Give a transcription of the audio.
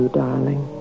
darling